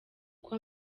uko